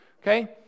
Okay